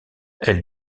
elle